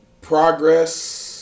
progress